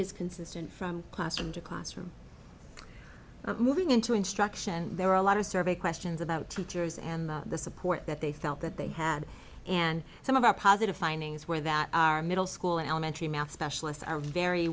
is consistent from classroom to classroom moving into instruction there were a lot of survey questions about teachers and the support that they felt that they had and some of our positive findings were that our middle school and elementary math specialists are very